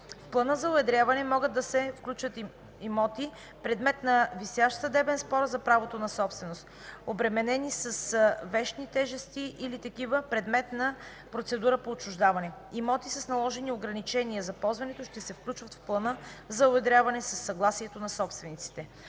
В плана за уедряване няма да могат да се включват имоти, предмет на висящ съдебен спор за правото на собственост, обременени с вещни тежести или такива, предмет на процедура по отчуждаване. Имоти с наложени ограничения за ползване ще се включват в плана за уедряване със съгласието на собствениците.